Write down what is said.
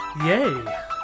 Yay